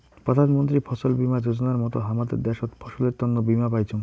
প্রধান মন্ত্রী ফছল বীমা যোজনার মত হামাদের দ্যাশোত ফসলের তন্ন বীমা পাইচুঙ